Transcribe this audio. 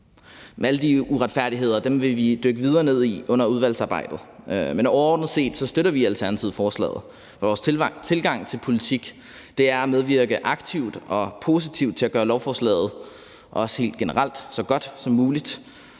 Alle de uretfærdigheder vil vi dykke videre ned i under udvalgsarbejdet, men overordnet set støtter vi i Alternativet forslaget. Vores tilgang til politik er at medvirke aktivt og positivt til at gøre lovforslaget, også helt